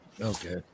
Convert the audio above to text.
Okay